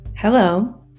hello